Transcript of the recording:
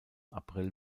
april